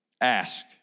Ask